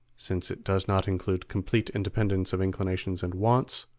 since it does not include complete independence of inclinations and wants,